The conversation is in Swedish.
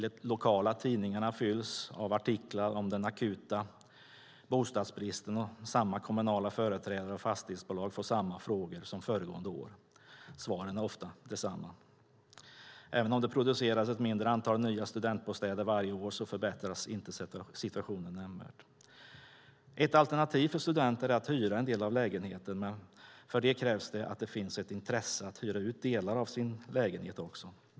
De lokala tidningarna fylls av artiklar om den akuta bostadsbristen, och samma kommunala företrädare och fastighetsbolag får samma frågor som föregående år. Svaren är ofta desamma. Även om det produceras ett mindre antal nya studentbostäder varje år förbättras inte situationen nämnvärt. Ett alternativ för studenter är att hyra en del av en lägenhet, men för det krävs det att det finns ett intresse av att hyra ut.